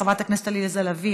חברת הכנסת עליזה לביא,